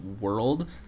world